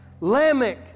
Lamech